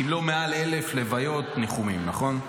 אם לא מעל 1,000 לוויות, ניחומים, נכון?